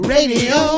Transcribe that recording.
Radio